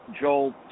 Joel